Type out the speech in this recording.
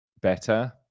better